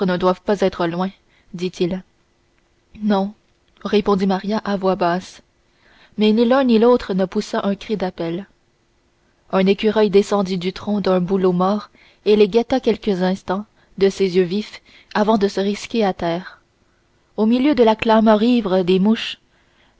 doivent pas être loin dit-il non répondit maria à voix basse mais ni l'un ni l'autre ne poussa un cri d'appel un écureuil descendit du tronc d'un bouleau mort et les guetta quelques instants de ses yeux vifs avant de se risquer à terre au milieu de la clameur ivre des mouches